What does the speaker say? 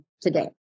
today